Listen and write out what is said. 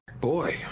Boy